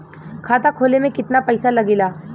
खाता खोले में कितना पईसा लगेला?